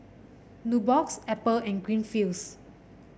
Nubox Apple and Greenfields